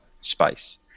space